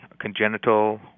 congenital